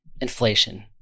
inflation